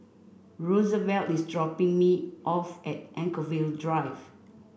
Rosevelt is dropping me off at Anchorvale Drive